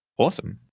awesome.